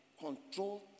control